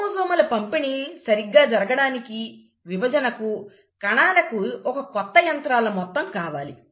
క్రోమోజోముల పంపిణీ సరిగ్గా జరగడానికి విభజనకు కణానికి ఒక కొత్త యంత్రాల మొత్తం కావాలి